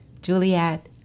Juliet